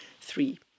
three